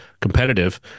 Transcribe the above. competitive